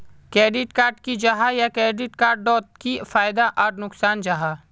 Credit की जाहा या क्रेडिट कार्ड डोट की फायदा आर नुकसान जाहा?